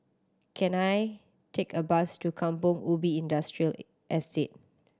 can I take a bus to Kampong Ubi Industrial Estate